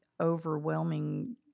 overwhelming